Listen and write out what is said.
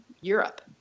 Europe